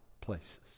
places